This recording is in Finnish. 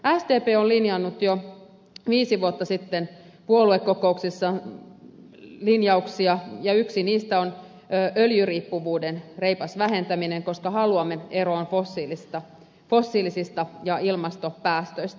sdp on linjannut jo viisi vuotta sitten puoluekokouksissa linjauksia ja yksi niistä on öljyriippuvuuden reipas vähentäminen koska haluamme eroon fossiilisista ja ilmastopäästöistä